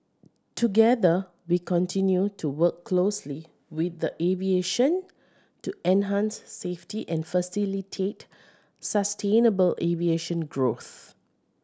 together we continue to work closely with the aviation to enhance safety and facilitate sustainable aviation growth